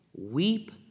weep